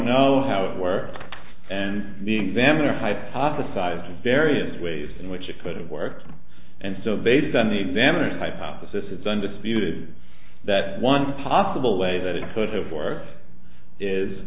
know how it works and the vampire hypothesized various ways in which it could have worked and so based on the examiner hypothesis it's undisputed that one possible way that it could have or is